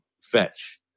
fetch